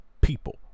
people